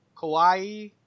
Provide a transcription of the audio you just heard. Kauai